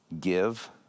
Give